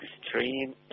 extreme